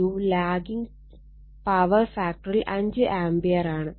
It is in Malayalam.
2 ലാഗിംഗ് പവർ ഫാക്ടറിൽ 5 ആംപിയറാണ്